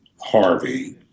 Harvey